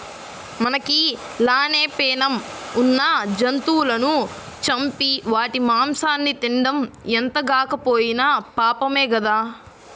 మనకి లానే పేణం ఉన్న జంతువులను చంపి వాటి మాంసాన్ని తినడం ఎంతగాకపోయినా పాపమే గదా